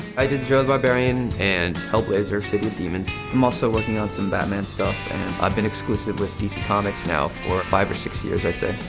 i did joe the barbarian and hellblazer city of demons. i'm also working on some batman stuff and i've been exclusive with dc comics now for five or six years i'd say.